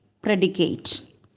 predicate